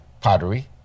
Pottery